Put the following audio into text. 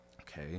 okay